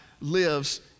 lives